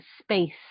space